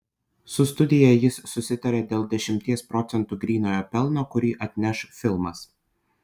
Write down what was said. su studija jis susitarė dėl dešimties procentų grynojo pelno kurį atneš filmas